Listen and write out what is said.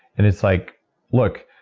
and it's like look,